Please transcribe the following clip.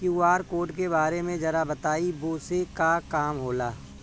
QR code के बारे में जरा बताई वो से का काम होला?